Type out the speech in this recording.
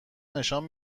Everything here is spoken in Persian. نشان